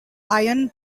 iron